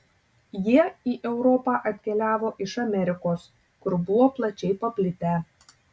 jie į europą atkeliavo iš amerikos kur buvo plačiai paplitę